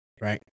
Right